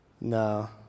No